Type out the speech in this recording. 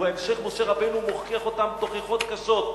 ובהמשך משה רבנו מוכיח אותם תוכחות קשות,